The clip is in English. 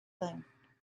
thing